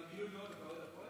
אבל גילוי נאות, אתה אוהד הפועל?